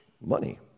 money